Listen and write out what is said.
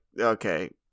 okay